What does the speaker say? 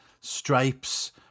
Stripes